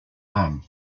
them